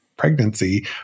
pregnancy